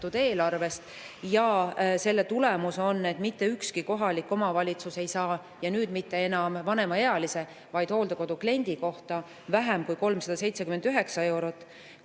eelarvest. Selle tulemus on, et mitte ükski kohalik omavalitsus ei saa – nüüd mitte enam vanemaealise, vaid hooldekodu kliendi kohta – vähem kui 379 eurot.